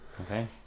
Okay